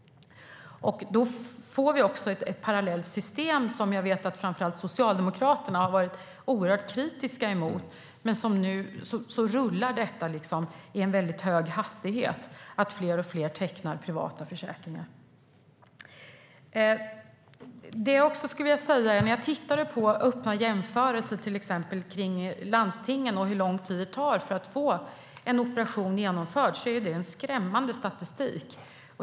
Då får vi också ett parallellt system som jag vet att framför allt Socialdemokraterna har varit oerhört kritiska emot, men nu tecknar fler och fler privata försäkringar i en väldigt hög hastighet. Öppna jämförelser till exempel mellan landstingen och hur lång tid det tar att få en operation genomförd visar en skrämmande statistik.